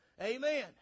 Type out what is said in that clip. Amen